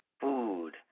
food